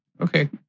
Okay